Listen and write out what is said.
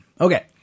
Okay